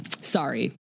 sorry